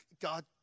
God